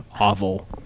oval